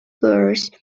floors